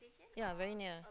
ya very near